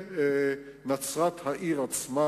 ונצרת העיר עצמה.